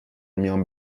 میان